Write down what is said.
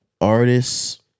artists